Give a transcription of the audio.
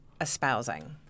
espousing